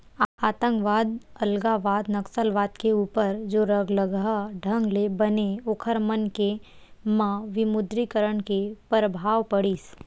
आंतकवाद, अलगावाद, नक्सलवाद के ऊपर जोरलगहा ढंग ले बने ओखर मन के म विमुद्रीकरन के परभाव पड़िस